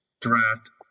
draft